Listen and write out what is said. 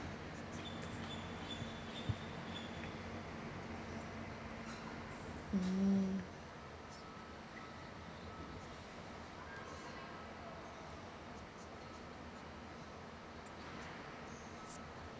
mm